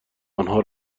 آنها